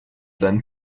seinen